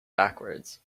backwards